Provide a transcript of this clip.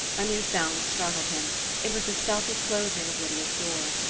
a new sound startled him it was the stealthy closing of lydia's door.